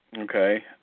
Okay